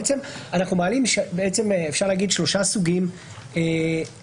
בעצם אפשר לומר שאנחנו מעלים שלושה סוגים של שאלות.